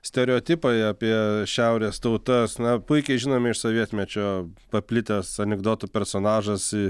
stereotipai apie šiaurės tautas na puikiai žinome iš sovietmečio paplitęs anekdotų personažas